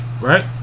right